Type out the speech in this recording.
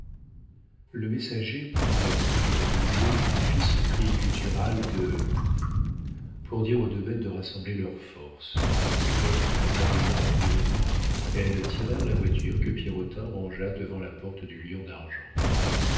le messager prit la bride de rougeot et fit ce cri guttural de kit kit pour dire aux deux bêtes de rassembler leurs forces et quoique notablement engourdies elles tirèrent la voiture que pierrotin rangea devant la porte du lion d'argent